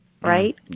right